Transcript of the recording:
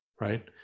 right